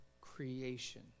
creation